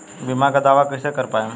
बीमा के दावा कईसे कर पाएम?